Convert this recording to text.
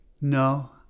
No